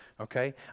okay